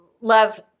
love